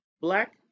Black